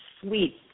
sweet